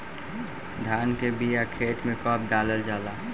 धान के बिया खेत में कब डालल जाला?